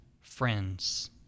friends